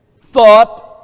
thought